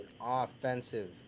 offensive